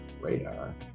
radar